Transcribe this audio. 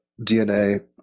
DNA